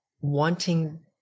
wanting